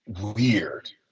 Weird